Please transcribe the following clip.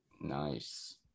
Nice